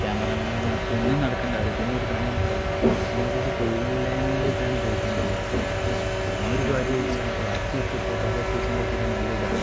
ക്യാമറാമാൻമാർക്ക് ഒന്നും നടക്കുക ഉണ്ടാവില്ല പിന്നെ ഒരു പണി ഉണ്ടാവില്ല പിന്നെ തൊഴിലില്ലായ്മയിലേക്ക് ആണ് പോയി കൊണ്ടുപോവുക ആ ഒരു കാര്യം ഒഴിച്ചാൽ ബാക്കിയൊക്കെ ഫോട്ടോഗ്രാഫീസിൻ്റെ ഒക്കെ ഒരു നല്ല ഇതാണ്